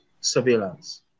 surveillance